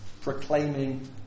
Proclaiming